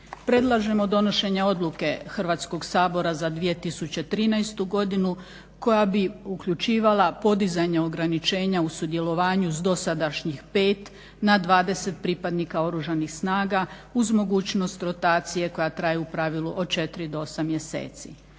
Predlažemo donošenje odluke Hrvatskog sabora za 2013. godinu koja bi uključivala podizanje ograničenja u sudjelovanju s dosadašnjih pet na 20 pripadnika Oružanih snaga uz mogućnost rotacije koja traje u pravilu od 4 do 8 mjeseci.